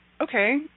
okay